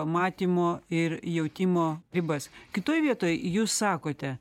matymo ir jautimo ribas kitoj vietoj jūs sakote